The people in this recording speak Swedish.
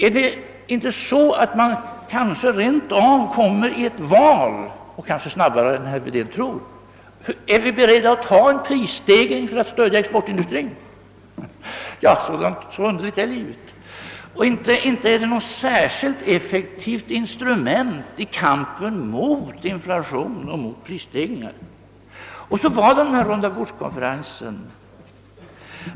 är det inte i stället så, att man kanske rent av ställs inför ett val — och det kanske snabbare än herr Wedén tror: Är vi beredda att ta en prisstegring för att stödja exportindustrin? — Ja, så underligt är livet. Inte är momsen något särskilt effektivt instrument i kampen mot inflation och mot prisstegringar. Så gällde det rundabordskonferensen.